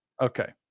Okay